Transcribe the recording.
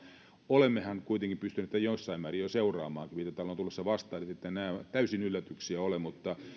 olemmehan kuitenkin pystyneet jossain määrin jo seuraamaan mitä täällä on tulossa vastaan niin että eivät nämä täysin yllätyksiä ole mutta